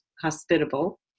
hospitable